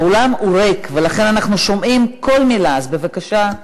האולם ריק ולכן אנחנו שומעים כל מילה, אז בבקשה.